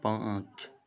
पांच